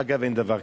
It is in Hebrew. אגב, אין דבר כזה.